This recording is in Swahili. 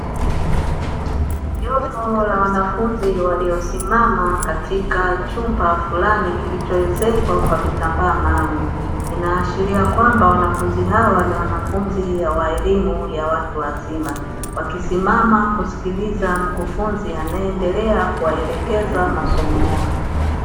Jopo la wanafunzi waliosimama katika chumba fulani kilichoezekwa kwa vitambaa maalumu. Inaashiria kwamba wanafunzi hawa ni wanafunzi wa elimu ya watu wazima, wakisimama kusikiliza mkufunzi anayeendelea kuwaelekeza masomo yao.